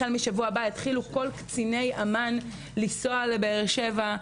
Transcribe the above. החל מהשבוע הבא יתחילו כל קציני אמ"ן לנסוע לבאר שבע,